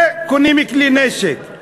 וקונים כלי נשק.